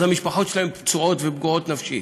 אז המשפחות שלהם פצועות ופגועות נפשית,